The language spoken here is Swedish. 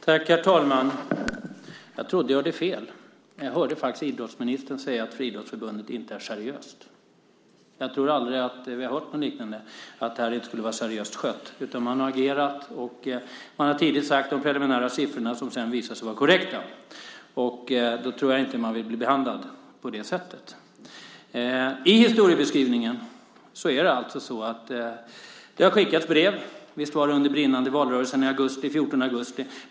Herr talman! Jag trodde att jag hörde fel, men jag hörde faktiskt idrottsministern säga att Friidrottsförbundet inte är seriöst. Jag tror att vi aldrig har hört något liknande, att det här inte skulle vara seriöst skött. Man har agerat och tidigt nämnt de tidiga siffror som sedan visat sig vara korrekta. Jag tror inte att man vill bli behandlad på det sättet. Det har skickats brev. Visst var det under brinnande valrörelse den 14 augusti.